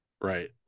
right